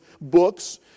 books